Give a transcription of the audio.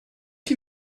chi